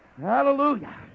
Hallelujah